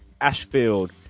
Ashfield